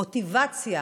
מוטיבציה,